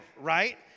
right